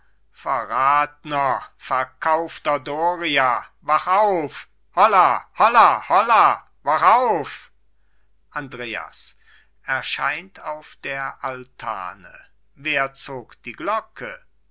verratner verkaufter doria wach auf holla holla holla wach auf andreas erscheint auf der altane wer zog die glocke